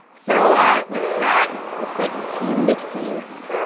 so ah with that, looks like team mixies,